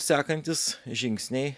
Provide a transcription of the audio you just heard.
sekantys žingsniai